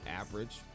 average